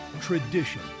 tradition